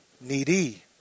Needy